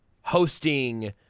Hosting